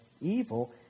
evil